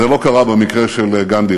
זה לא קרה במקרה של גנדי,